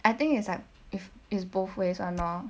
I think it's like if is both ways [one] lor